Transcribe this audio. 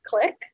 click